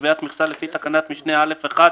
קביעת מכסה לפי תקנת משנה (א)(1)